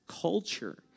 culture